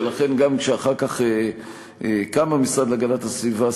ולכן גם כשאחר כך קם המשרד להגנת הסביבה,